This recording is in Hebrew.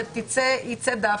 וייצא דף.